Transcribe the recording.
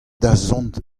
dazont